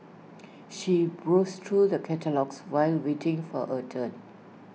she browsed through the catalogues while waiting for her turn